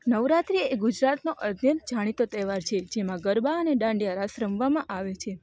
નવરાત્રીએ ગુજરાતનો અદ્યતન જાણીતો તહેવાર છે જેમાં ગરબા અને ડાંડિયારાસ રમવામાં આવે છે